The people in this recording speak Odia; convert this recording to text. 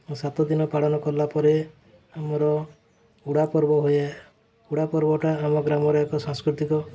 ସାତ ଦିନ ପାଳନ କଲା ପରେ ଆମର ଉଡ଼ା ପର୍ବ ହୁଏ ଉଡ଼ା ପର୍ବଟା ଆମ ଗ୍ରାମର ଏକ ସାଂସ୍କୃତିକ